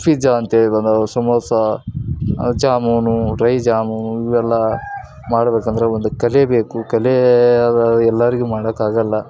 pizza ಅಂತೇಳಿ ಬಂದವು samosa jamun dry jamun ಇವೆಲ್ಲ ಮಾಡಬೇಕಂದರೆ ಒಂದು ಕಲೆ ಬೇಕು ಕಲೆ ಅದು ಎಲ್ಲರಿಗೂ ಮಾಡಕ್ಕೆ ಆಗೋಲ್ಲ